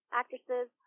actresses